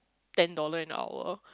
ten dollar an hour